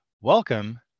Welcome